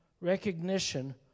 recognition